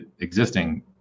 existing